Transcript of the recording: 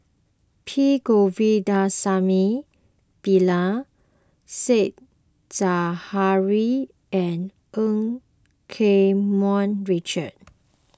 P Govindasamy Pillai Said Zahari and Eu Keng Mun Richard